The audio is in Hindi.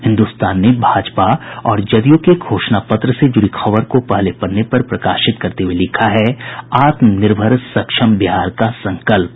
हिन्द्रस्तान ने भाजपा और जदयू के घोषणा पत्र से जूड़ी खबर को पहने पन्ने पर प्रकाशित करते हुये लिखा है आत्मनिर्भर सक्षम बिहार का संकल्प